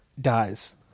dies